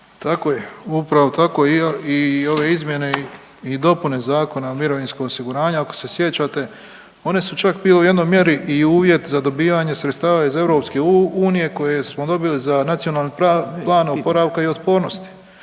Tako je, upravo tako i ove izmjene i dopune Zakona o mirovinskom osiguranju ako se sjećate one su čak bile u jednoj mjeri i uvjet za dobijanje sredstava iz EU koje smo dobili za Nacionalni plan oporavka i otpornosti